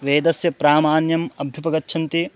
वेदस्य प्रामाण्यम् अभ्युपगच्छन्ति